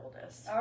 oldest